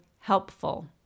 helpful